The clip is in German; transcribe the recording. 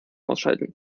ausschalten